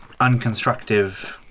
unconstructive